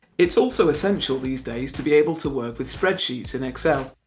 it's also essential these days to be able to work with spreadsheets in excel,